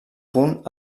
punt